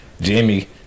Jamie